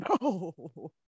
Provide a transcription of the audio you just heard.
No